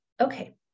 okay